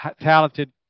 talented